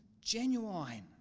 genuine